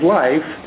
life